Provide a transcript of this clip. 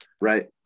right